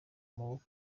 maboko